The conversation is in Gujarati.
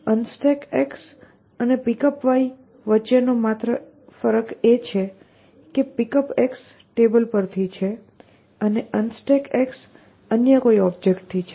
Unstack અને PickUp વચ્ચેનો એક માત્ર ફરક એ છે કે PickUp ટેબલ પર થી છે અને Unstack અન્ય કોઈ ઓબ્જેક્ટથી છે